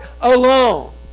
alone